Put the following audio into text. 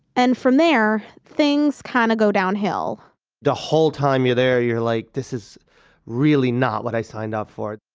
and from there, things kinda go downhill the whole time you're there, you're like, this is really not what i signed up for.